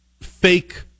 fake